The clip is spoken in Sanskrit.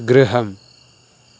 गृहम्